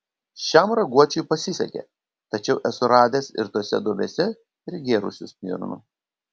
šiam raguočiui pasisekė tačiau esu radęs ir tose duobėse prigėrusių stirnų